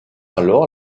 alors